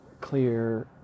clear